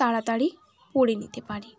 তাড়াতাড়ি পড়ে নিতে পারি